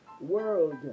world